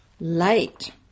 light